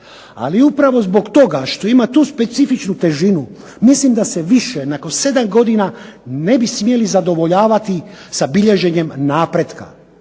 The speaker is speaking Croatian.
Ali upravo zbog toga što ima tu specifičnu težinu mislim da se više nakon sedam godina ne bi smjeli zadovoljavati sa bilježenjem napretka